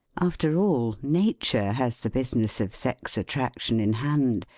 after all, nature has the business of sex attraction in hand,